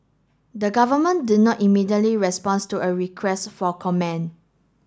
the government did not immediately responds to a request for comment